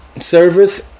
service